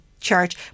church